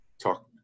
talk